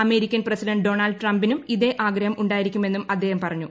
American president Donald ട്രംപിനും ഇതേ ആഗ്രഹം ഉണ്ടായിരിക്കുമെന്നും അ്ദ്ദേഹ്ം പറഞ്ഞു